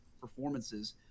performances